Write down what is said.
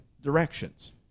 directions